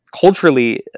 culturally